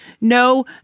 no